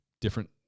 different